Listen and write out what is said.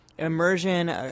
Immersion